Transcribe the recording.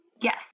Yes